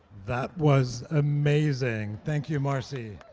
that was amazing. thank you, marcy.